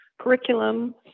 curriculum